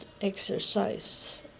exercise